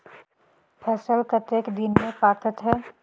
फसल कतेक दिन मे पाकथे?